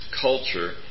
culture